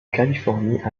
californie